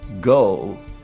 go